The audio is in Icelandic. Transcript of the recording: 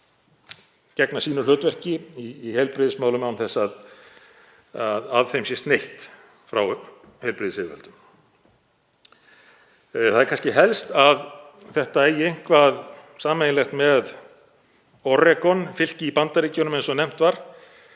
gegna sínu hlutverki í heilbrigðismálum án þess að að þeim sé sneitt frá heilbrigðisyfirvöldum. Það er kannski helst að þetta eigi eitthvað sameiginlegt með Oregonfylki í Bandaríkjunum, eins og nefnt var,